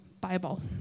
bible